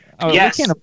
Yes